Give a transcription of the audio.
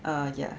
uh ya